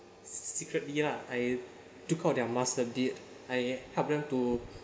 secretly lah I took off their mask a bit I help them to